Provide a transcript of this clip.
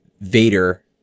Vader